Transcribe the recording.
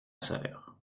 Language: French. sœur